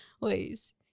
ways